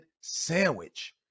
sandwich